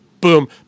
boom